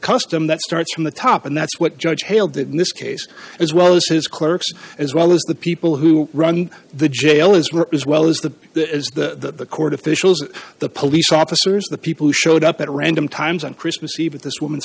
custom that starts from the top and that's what judge hailed that in this case as well as his clerks as well as the people who run the jail as well as well as the as the court officials the police officers the people who showed up at random times on christmas eve at this woman's